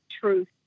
truth